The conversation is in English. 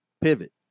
pivot